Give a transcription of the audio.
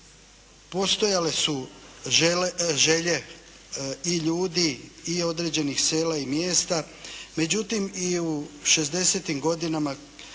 Postojale su želje i ljudi i određenih sela i mjesta, međutim i u šezdesetim godinama